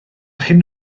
hyn